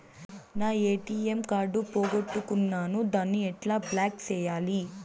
నా ATM card పోగొట్టుకున్నాను, దాన్ని ఎట్లా బ్లాక్ సేయాలి?